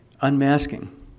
unmasking